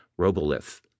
Robolith